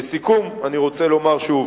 לסיכום, אני רוצה לומר שוב: